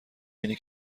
اینه